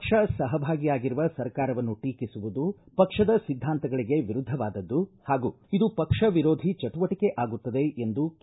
ಪಕ್ಷ ಸಹಭಾಗಿಯಾಗಿರುವ ಸರ್ಕಾರವನ್ನು ಟೀಕಿಸುವುದು ಪಕ್ಷದ ಸಿದ್ದಾಂತಗಳಿಗೆ ವಿರುದ್ಧವಾದದ್ದು ಹಾಗೂ ಇದು ಪಕ್ಷ ವಿರೋಧಿ ಚಟುವಟಿಕೆ ಆಗುತ್ತದೆ ಎಂದು ಕೆ